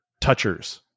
touchers